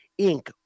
Inc